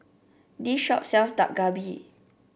this shop sells Dak Galbi